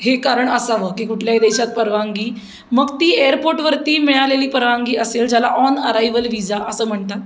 हे कारण असावं की कुठल्याही देशात परवानगी मग ती एअरपोर्टवरती मिळालेली परवानगी असेल ज्याला ऑन अरायवल विझा असं म्हणतात